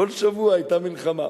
כל שבוע היתה מלחמה,